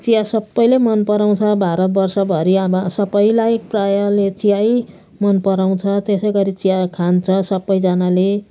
चिया सबैले मनपराउँछ भारतवर्षभरि अब सबैलाई प्रायःले चियै मनपराउँछ त्यसै गरी चिया खान्छ सबैजनाले